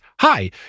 Hi